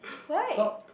why